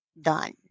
Done